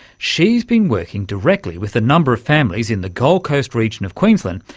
she's been working directly with a number of families in the gold coast region of queensland,